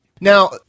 Now